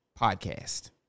podcast